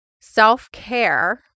self-care